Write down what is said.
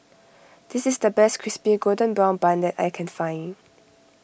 this is the best Crispy Golden Brown Bun that I can find